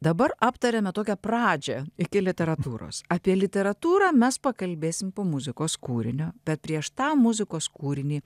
dabar aptarėme tokią pradžią iki literatūros apie literatūrą mes pakalbėsim po muzikos kūrinio bet prieš tą muzikos kūrinį